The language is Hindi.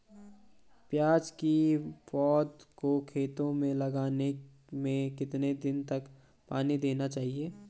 प्याज़ की पौध को खेतों में लगाने में कितने दिन तक पानी देना चाहिए?